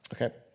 Okay